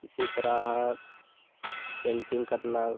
इसी तरह पेन्टिंग करना